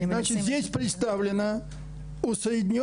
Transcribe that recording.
להלן התרגום החופשי.